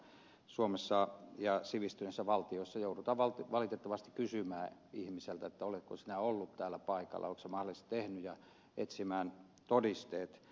suomessa ja muissa sivistyneissä valtioissa joudutaan valitettavasti kysymään ihmiseltä oletko sinä ollut täällä paikalla oletko sinä mahdollisesti tehnyt tämän ja etsimään todisteet